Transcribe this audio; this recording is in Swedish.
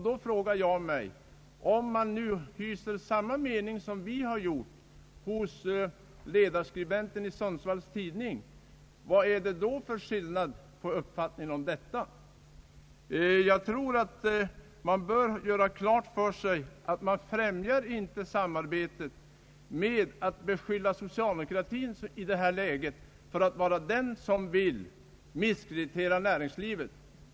Då frågar jag mig: Om man på ledaravdelningen i Sundsvalls Tidning hyser samma mening som vi, vad är det då för skillnad på uppfattningen om detta? Man bör göra klart för sig att man inte främjar samarbetet genom att beskylla socialdemokratin för att i detta läge vara den som vill misskreditera näringslivet.